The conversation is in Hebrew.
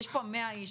יש פה 100 איש?